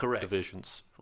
divisions